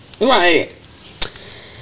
right